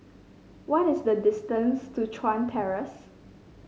what is the distance to Chuan Terrace